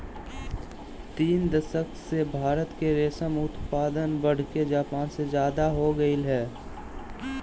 तीन दशक से भारत के रेशम उत्पादन बढ़के जापान से ज्यादा हो गेल हई